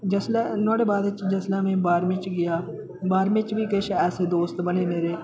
जिसलै नुहाड़े बाद च जिसलै में बाह्रमीं च गेआ बाह्रमीं बी किश ऐसे दोस्त बने मेरे